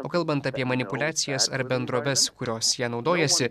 o kalbant apie manipuliacijas ar bendroves kurios ja naudojasi